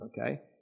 Okay